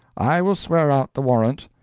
i will swear out the warrant.